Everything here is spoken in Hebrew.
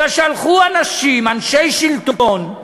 כי הלכו אנשים, אנשי שלטון,